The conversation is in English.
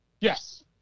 yes